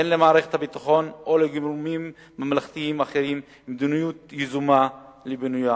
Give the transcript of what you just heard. אין למערכת הביטחון או לגורמים ממלכתיים אחרים מדיניות יזומה לפינוים.